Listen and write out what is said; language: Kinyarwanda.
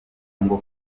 ngo